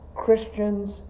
Christians